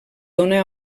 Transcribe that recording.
dóna